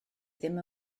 ddim